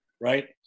right